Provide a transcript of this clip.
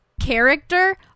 character